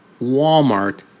Walmart